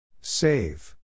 Save